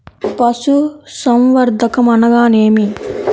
పశుసంవర్ధకం అనగా ఏమి?